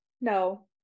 No